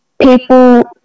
people